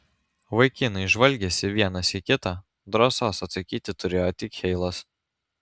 vaikinai žvalgėsi vienas į kitą drąsos atsakyti turėjo tik heilas